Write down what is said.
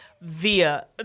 Via